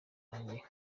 wanjye